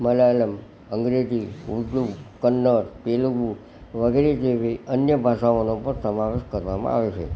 મલયાલમ અંગ્રેજી ઉર્દૂ કન્નડ તેલુગુ વગેરે જેવી અન્ય ભાષાઓનો પણ સમાવેશ કરવામાં આવે છે